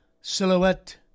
Silhouette